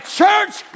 church